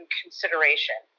consideration